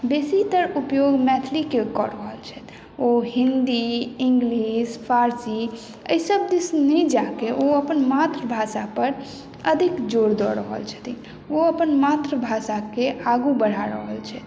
बेसी तर उपयोग मैथिली के कऽ रहल छथि ओ हिन्दी इंग्लिश फ़ारसी एहि सब दिस नहि जाके ओ अपन मातृभाषा पर अधिक जोर दऽ रहल छथिन ओ अपन मातृभाषा के आगू बढ़ा रहल छथि